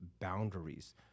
boundaries